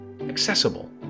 accessible